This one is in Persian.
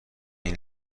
این